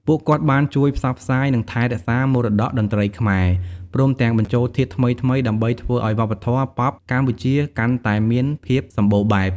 ពួកគាត់បានជួយផ្សព្វផ្សាយ និងថែរក្សាមរតកតន្ត្រីខ្មែរ ព្រមទាំងបញ្ចូលធាតុថ្មីៗដើម្បីធ្វើឱ្យវប្បធម៌ប៉ុបកម្ពុជាកាន់តែមានភាពសម្បូរបែប។